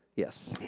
yes.